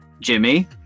Jimmy